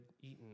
eaten